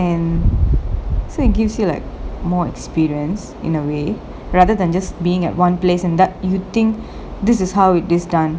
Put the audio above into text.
and so it gives you like more experience in a way rather than just being at one place and that you think this is how it is done